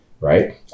Right